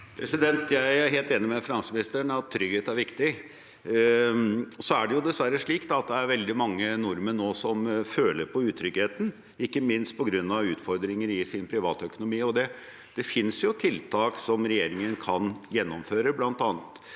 Jeg er helt enig med finansministeren i at trygghet er viktig. Det er dessverre veldig mange nordmenn som nå føler på utrygghet, ikke minst på grunn av utfordringer i sin private økonomi. Det finnes tiltak som regjeringen kan gjennomføre, bl.a.